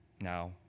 Now